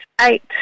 eight